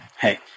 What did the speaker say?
hey